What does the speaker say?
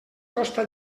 costa